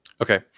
okay